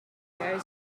were